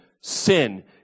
sin